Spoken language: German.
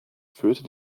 führte